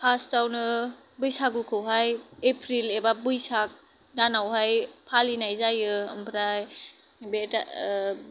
फार्स्टआवनो बैसागुखौहाय एप्रिल एबा बैसाग दानावहाय फालिनाय जायो ओमफ्राय बे